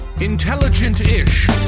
Intelligent-ish